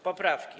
Poprawki.